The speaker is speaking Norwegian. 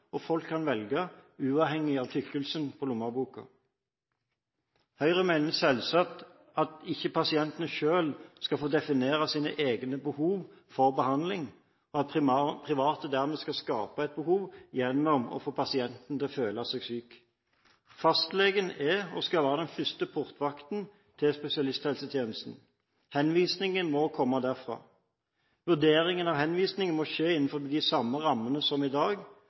og folk kan velge – uavhengig av tykkelsen på lommeboken. Høyre mener selvsagt ikke at pasientene skal få definere sine egne behov for behandling, og at private dermed skal skape et behov gjennom å få pasienten til å føle seg syk. Fastlegen er, og skal være, den første portvakten til spesialisthelsetjenesten. Henvisningen må komme derfra. Vurderingen av henvisningen må skje innenfor de samme rammene som i dag,